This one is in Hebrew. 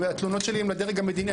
התלונות שלי הן לדרג המדיני.